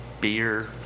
beer